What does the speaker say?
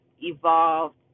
evolved